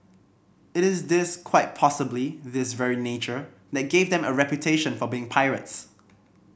it is this quite possibly this very nature that gave them a reputation for being pirates